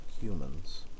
humans